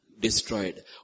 destroyed